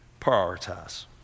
Prioritize